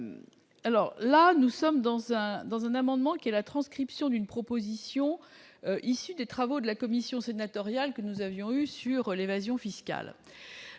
alors là nous sommes dans un dans un amendement qui est la transe. Philippe Sion d'une proposition issue des travaux de la commission sénatoriale que nous avions eues sur l'évasion fiscale,